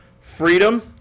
freedom